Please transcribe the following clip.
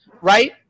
right